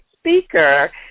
speaker